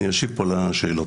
אני אשיב פה לשאלות.